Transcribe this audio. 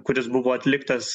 kuris buvo atliktas